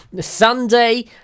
sunday